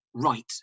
right